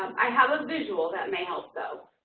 i have a visual that may help though.